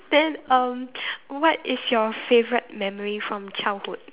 then um what is your favourite memory from childhood